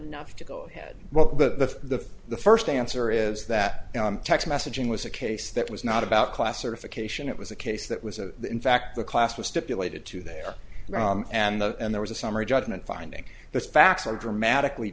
enough to go ahead well the the first answer is that text messaging was a case that was not about classification it was a case that was a in fact the class was stipulated to there and of and there was a summary judgment finding the facts are dramatically